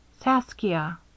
Saskia